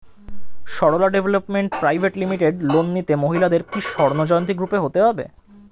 Sarala development private limited loan নিতে মহিলাদের কি স্বর্ণ জয়ন্তী গ্রুপে হতে হবে?